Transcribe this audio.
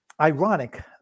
Ironic